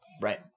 Right